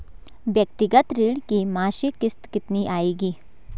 व्यक्तिगत ऋण की मासिक किश्त कितनी आएगी?